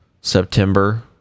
September